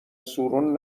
سورون